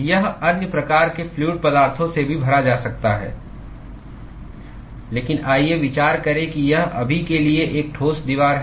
यह अन्य प्रकार के फ्लूअड पदार्थों से भी भरा जा सकता है लेकिन आइए विचार करें कि यह अभी के लिए एक ठोस दीवार है